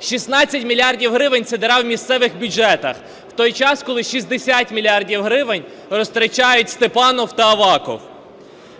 16 мільярдів гривень – це діра у місцевих бюджетах, в той час, коли 60 мільярдів гривень розтрачають Степанов та Аваков.